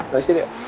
i said yeah